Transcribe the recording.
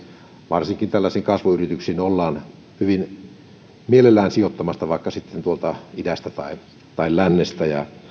varsinkin tällaisiin kasvuyrityksiin ollaan hyvin mielellään sijoittamassa vaikka sitten tuolta idästä tai lännestä